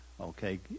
Okay